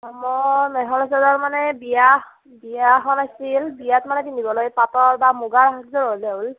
মই মেখেলা চাদৰ মানে বিয়া বিয়া এখন আছিল বিয়াত মানে পিন্ধিবলৈ পাটৰ বা মুগাৰ এযোৰ হ'লেই হ'ল